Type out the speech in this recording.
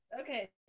Okay